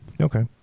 okay